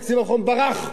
תקציב הביטחון ברח.